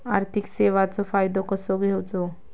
आर्थिक सेवाचो फायदो कसो घेवचो?